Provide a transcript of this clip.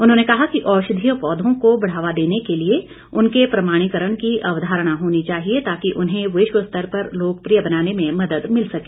उन्होंने कहा कि औषधीय पौधों को बढ़ावा देने के लिए उनके प्रमाणीकरण की अवधारणा होनी चाहिए ताकि उन्हें विश्व स्तर पर लोकप्रिय बनाने में मदद मिल सके